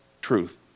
truth